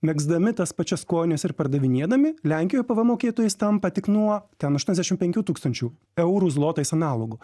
megzdami tas pačias kojines ir pardavinėdami lenkijoj pvm mokėtojais tampa tik nuo ten aštuoniasdešims penkių tūkstančių eurų zlotais analogu